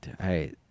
Hey